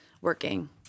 working